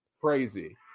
crazy